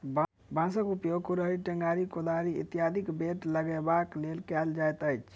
बाँसक उपयोग कुड़हड़ि, टेंगारी, कोदारि इत्यादिक बेंट लगयबाक लेल कयल जाइत अछि